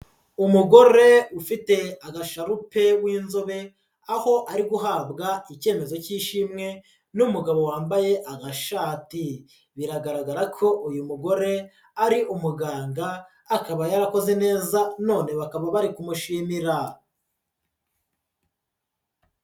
Umugore ufite agasharupe w'inzobe aho ari guhabwa icyemezo cy'ishimwe n'umugabo wambaye agashati, biragaragara ko uyu mugore ari umuganga akaba yarakoze neza none bakaba bari kumushimira.